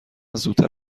زودتر